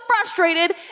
frustrated